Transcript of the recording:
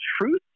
Truth